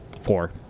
Four